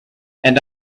and